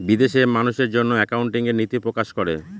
বিদেশে মানুষের জন্য একাউন্টিং এর নীতি প্রকাশ করে